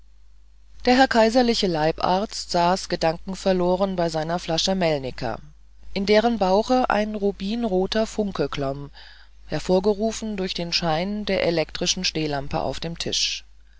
der herr kaiserliche leibarzt saß gedankenverloren bei seiner flasche melniker in deren bauche ein rubinroter funken glomm hervorgerufen durch den schein der elektrischen stehlampe auf dem tisch